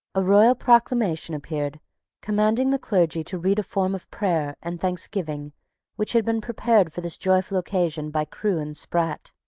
a royal proclamation appeared commanding the clergy to read a form of prayer and thanksgiving which had been prepared for this joyful occasion by crewe and sprat.